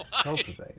cultivate